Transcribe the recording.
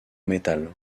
métal